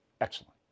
excellent